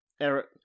eric